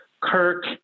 Kirk